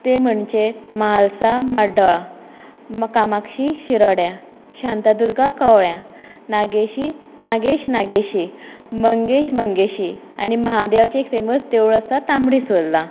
ती म्हणजे महालसा म्हाड्डोळा कामाक्षी शिरोड्या शांतादुर्गा कवळ्या नागेशी नागेश नागेशी मंगेश मंगेशी आनी महादेवाचें एक फेमस देवूळ आसा तांबड्यासुर्ला